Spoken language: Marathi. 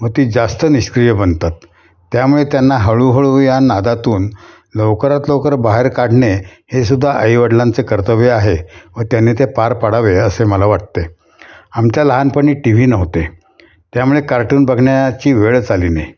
व ती जास्त निष्क्रिय बनतात त्यामुळे त्यांना हळूहळू या नादातून लवकरात लवकर बाहेर काढणे हे सुद्धा आईवडिलांचें कर्तव्य आहे व त्यांनी ते पार पाडावे असे मला वाटते आमच्या लहानपणी टी व्ही नव्हते त्यामुळे कार्टून बघण्याची वेळच आली नाही